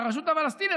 הרשות הפלסטינית,